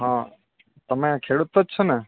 હા તમે ખેડૂત જ છો ને